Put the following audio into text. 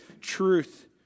truth